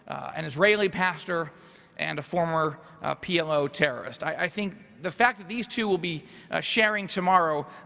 an israeli pastor and a former plo terrorist. i think the fact that these two will be sharing tomorrow,